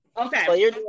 Okay